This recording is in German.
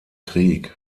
krieg